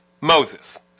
Moses